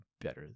better